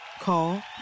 Call